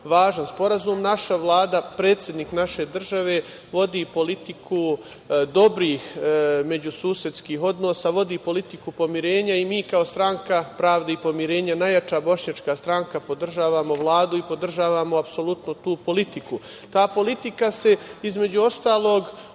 važan sporazum. Naša Vlada i predsednik naše države vodi politiku dobrih međususedskih odnosa, vodi politiku pomirenja i mi kao Stranka pravde i pomirenja, najjača bošnjačka stranka, podržavamo Vladu i podržavamo apsolutno tu politiku. Ta politika se, između ostalog,